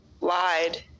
lied